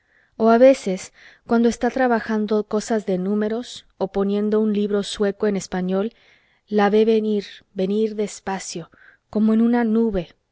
o a veces cuando está trabajando cosas de números o poniendo un libro sueco en español la ve venir venir despacio como en una nube